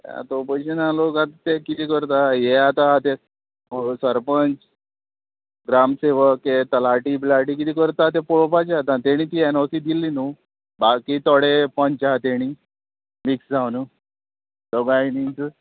तो पयशे ना लोक आतां ते किदें करता हे आतां ते सरपंच ग्रामसेवक हे तलाटी बिलाटी कितें करता तें पळोवपाचे आतां तेणी ती एनओसी दिल्ली न्हू बाकी थोडे पंच आहा तेणी मिक्स जावंन्हू दोगायनीच